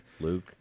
Luke